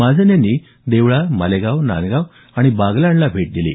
महाजन यांनी देवळा मालेगाव नांदगाव आणि बागलाणला भेट दिली